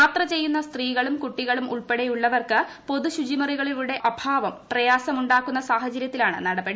യാത്ര ചെയ്യുന്ന സ്ത്രീകളും കുട്ടികൾകളും ഉൾപ്പെടെയുള്ളവർക്ക് പൊതു ശുചിമുറികളുടെ അഭാവം പ്രയാസമുണ്ടാക്കുന്ന സാഹചര്യത്തിലാണ് നടപടി